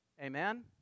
amen